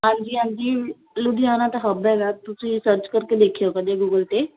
ਹਾਂਜੀ ਹਾਂਜੀ ਲੁਧਿਆਣਾ ਤਾਂ ਹੱਬ ਹੈਗਾ ਤੁਸੀਂ ਸਰਚ ਕਰਕੇ ਦੇਖਿਓ ਕਦੇ ਗੂਗਲ 'ਤੇ